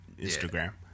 Instagram